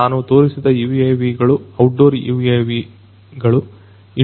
ನಾನು ತೋರಿಸಿದ UAVಗಳು ಔಟ್ ಡೋರ್ UAV ಗಳು